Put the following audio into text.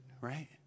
right